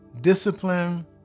discipline